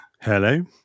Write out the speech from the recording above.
Hello